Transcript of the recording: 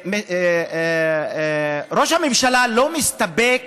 ראש הממשלה לא מסתפק